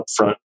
upfront